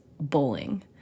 bowling